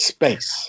Space